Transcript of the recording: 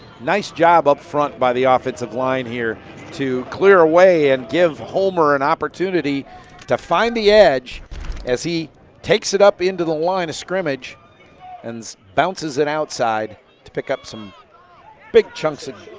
nice job up front by the offensive line here to clear a way and give homer an opportunity to find an edge as he takes it up into the line of scrimmage and bounces it outside to pick up some big chunks of